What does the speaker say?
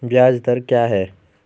ब्याज दर क्या है?